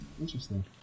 Interesting